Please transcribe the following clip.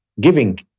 Giving